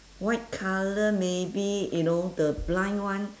white colour maybe you know the blind one